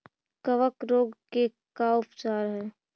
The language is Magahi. कबक रोग के का उपचार है?